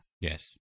Yes